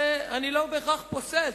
שאני לא בהכרח פוסל,